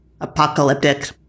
apocalyptic